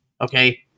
okay